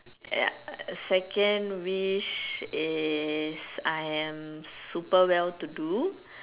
ya second wish is I am super well to do